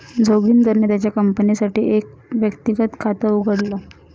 जोगिंदरने त्याच्या कंपनीसाठी एक व्यक्तिगत खात उघडले